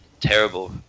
terrible